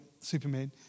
Superman